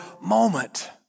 moment